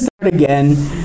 again